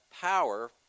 power